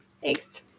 Thanks